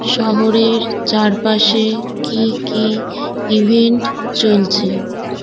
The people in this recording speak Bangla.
শহরের চারপাশে কি কি ইভেন্ট চলছে